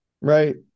Right